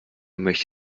möchte